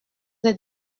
êtes